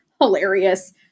hilarious